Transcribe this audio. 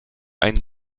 einen